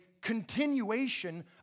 continuation